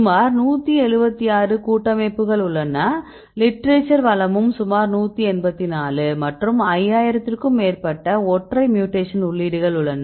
தற்போது 176 கூட்டமைப்புகள் உள்ளன லிட்டரேச்சர் வளமும் சுமார் 184 மற்றும் 5000 க்கும் மேற்பட்ட ஒற்றை மியூடேக்ஷன் உள்ளீடுகள் உள்ளன